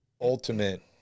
ultimate